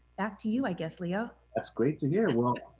back to you, i guess, leo. that's great to hear. well,